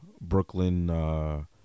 Brooklyn